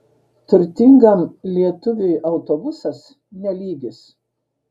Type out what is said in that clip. turtingam lietuviui autobusas ne lygis